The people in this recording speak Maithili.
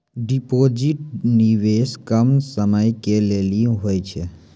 डिपॉजिट निवेश कम समय के लेली होय छै?